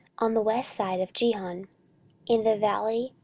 on the west side of gihon, in the valley,